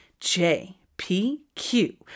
JPQ